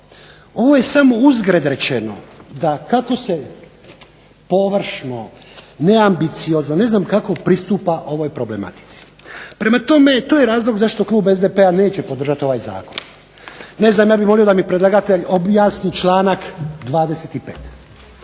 Ovo je samo uzgred rečeno da kako se površno, neambiciozno, ne znam kako pristupa ovoj problematici. Prema tome, to je razlog zašto klub SDP-a neće podržati ovaj zakon. Ne znam, ja bih volio da mi predlagatelj objasni članak 25.